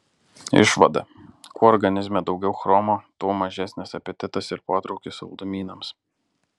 išvada kuo organizme daugiau chromo tuo mažesnis apetitas ir potraukis saldumynams